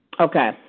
Okay